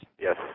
Yes